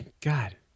God